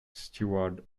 steward